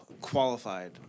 qualified